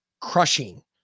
crushing